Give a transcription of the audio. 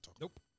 Nope